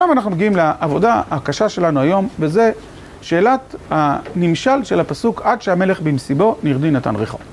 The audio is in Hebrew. ואנחנו מגיעים לעבודה הקשה שלנו היום, וזה שאלת הנמשל של הפסוק עד שהמלך במסיבו נרדי נתן ריחו